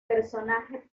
personaje